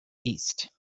east